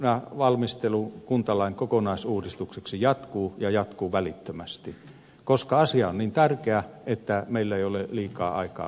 virkamiestyönä valmistelu kuntalain kokonaisuudistukseksi jatkuu ja jatkuu välittömästi koska asia on niin tärkeä että meillä ei ole liikaa aikaa odotella